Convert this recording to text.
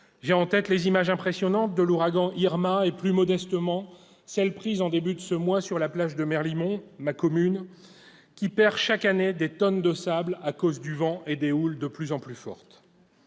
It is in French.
J'ai en tête les images impressionnantes de l'ouragan Irma et, plus modestement, celles qui furent prises au début de ce mois sur la plage de la commune de Merlimont, dont j'ai été le maire, qui perd chaque année des tonnes de sable à cause du vent et des houles de plus en plus fortes.